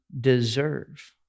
deserve